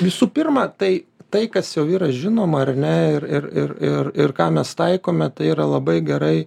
visų pirma tai tai kas jau yra žinoma ar ne ir ir ir ir ką mes taikome tai yra labai gerai